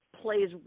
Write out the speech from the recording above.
plays